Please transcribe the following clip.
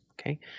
Okay